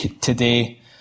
today